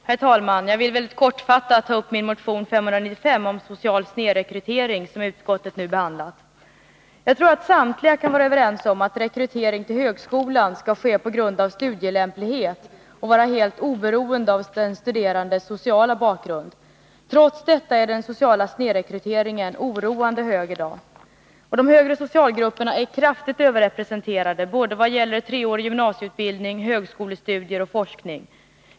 Herr talman! Jag vill mycket kortfattat ta upp min motion 595 om social snedrekrytering, som utskottet nu behandlat. Jag tror att samtliga kan vara överens om att rekrytering till högskolan skall ske på grundval av studielämplighet och vara helt oberoende av den studerandes sociala bakgrund. Trots detta är den sociala snedrekryteringen oroande hög i dag. De högre socialgrupperna är kraftigt överrepresenterade vad gäller treårig gymnasieutbildning, högskolestudier och forskning.